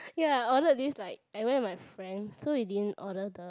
ya I ordered this like I went with my friend so we didn't order the